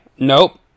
Nope